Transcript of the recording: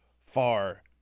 far